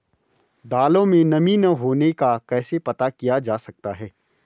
दालों में नमी न होने का कैसे पता किया जा सकता है?